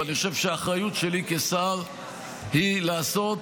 ואני חושב שהאחריות שלי כשר היא לעשות